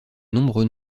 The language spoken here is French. nombreux